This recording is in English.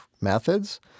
methods